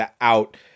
out